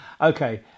okay